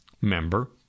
member